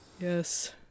Yes